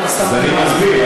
אני מסביר,